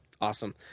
Awesome